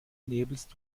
nebelst